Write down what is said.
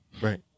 Right